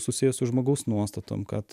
susiję su žmogaus nuostatom kad